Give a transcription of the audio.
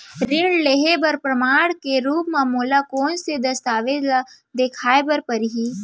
ऋण लिहे बर प्रमाण के रूप मा मोला कोन से दस्तावेज ला देखाय बर परही?